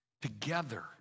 together